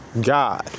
God